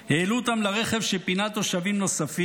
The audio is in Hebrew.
העלו אותם לרכב שפינת תושבים נוספים.